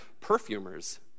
perfumers